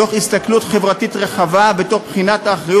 תוך הסתכלות חברתית רחבה ותוך בחינת האחריות